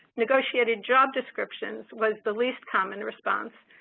negotiated job descriptions was the least common response,